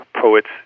poets